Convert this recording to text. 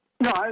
No